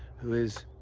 who is.